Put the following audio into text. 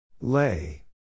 Lay